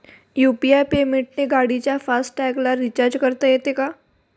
UPI पेमेंटने गाडीच्या fast टॅगला रिर्चाज करता येते का?